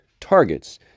targets